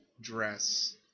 dress